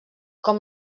com